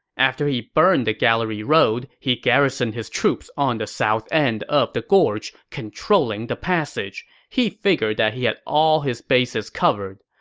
after he burned the gallery road, he garrisoned his troops on the south end of the gorge, controlling the passage. he figured that he had all his bases covered.